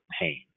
pain